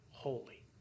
holy